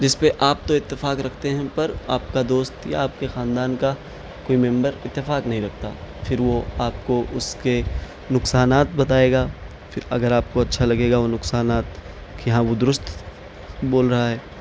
جس پہ آپ تو اتفاق رکھتے ہیں پر آپ کا دوست یا آپ کے خاندان کا کوئی ممبر اتفاق نہیں رکھتا پھر وہ آپ کو اس کے نقصانات بتائے گا پھر اگر آپ کو اچھا لگے گا وہ نقصانات کہ ہاں وہ درست بول رہا ہے